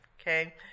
okay